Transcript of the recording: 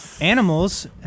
animals